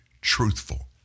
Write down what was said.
truthful